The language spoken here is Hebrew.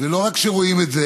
ולא רק שרואים את זה,